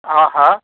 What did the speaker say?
હા હા